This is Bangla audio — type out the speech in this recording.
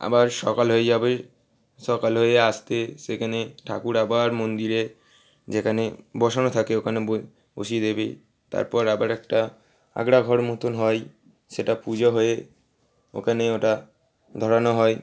আবার সকাল হয়ে যাবে সকাল হয়ে যাওয়া আসতে সেখানে ঠাকুর আবার মন্দিরে যেখানে বসানো থাকে ওখানে বই বসিয়ে দেবে তারপর আবার একটা আগ্রা ঘর মতোন হয় সেটা পূজা হয়ে ওখানে ওটা ধরানো হয়